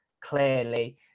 clearly